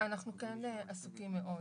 אנחנו עסוקים מאוד